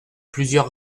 plusieurs